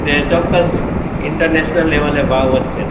ને ચોક્કસ ઇન્ટરનેશનલ લેવલે ભાવ વધશે જ